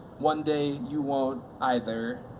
one day, you won't either.